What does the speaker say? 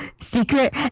Secret